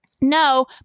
No